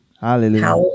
Hallelujah